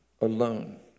alone